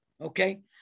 Okay